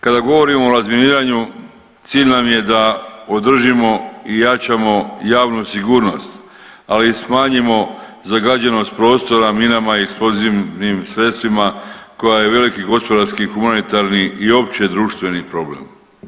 Kada govorimo o razminiranju cilj nam je da održimo i jačamo javnu sigurnost, ali i smanjimo zagađenost prostora minama i eksplozivnim sredstvima koja je veliki gospodarski humanitarni i opće društveni problem.